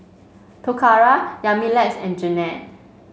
Toccara Yamilex and Jennette